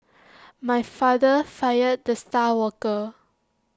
my father fired the star worker